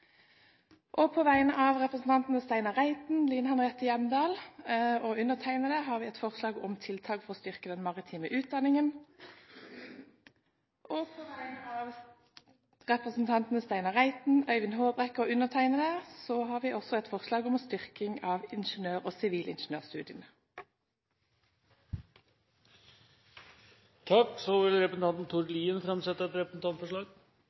På vegne av representantene Steinar Reiten, Line Henriette Hjemdal og undertegnede vil jeg fremme et forslag om tiltak for å styrke den maritime utdanningen. På vegne av representantene Steinar Reiten, Øyvind Håbrekke og undertegnede vil jeg også fremme et forslag om styrking av ingeniør- og sivilingeniørstudiene. Representanten Tord Lien vil framsette et representantforslag.